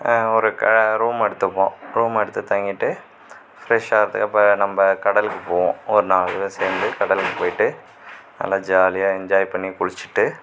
ஒரு ரூம் எடுத்துப்போம் ரூம் எடுத்து தங்கிட்டு ஃப்ரெஷ் ஆகிறதுக்கு அப்போ நம்ம கடலுக்கு போவோம் ஒரு நாலு பேர் சேர்ந்து கடலுக்கு போய்ட்டு நல்லா ஜாலியாக என்ஜாய் பண்ணி குளிச்சிவிட்டு